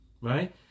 Right